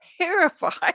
terrified